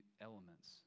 elements